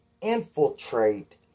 infiltrate